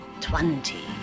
twenty